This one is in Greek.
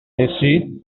εσύ